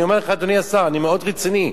אני אומר לך, אדוני השר, אני מאוד רציני.